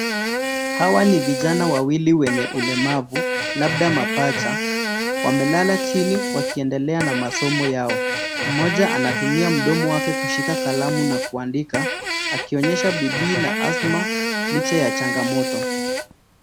Hawa ni vijana wawili wenye ulemavu labda mapacha, wamelala chini wakiendelea na masomo yao. Moja anatumia mdomo wake kushika kalamu na kuandika akinyesha bidii na asma licha ya changamoto.